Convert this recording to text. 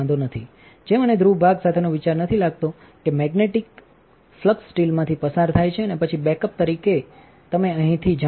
જે મને ધ્રુવ ભાગ સાથેનો વિચાર નથી લાગતો કે મેગ્નેટિક ફ્લક્સસ્ટીલમાંથીપસાર થાય છે અને પછી બેકઅપ તમે અહીંથી જાણો છો